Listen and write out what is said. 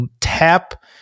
tap